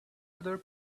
other